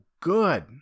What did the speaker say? good